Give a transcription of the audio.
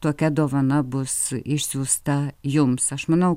tokia dovana bus išsiųsta jums aš manau